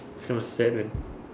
it's kind of sad man